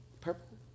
Purple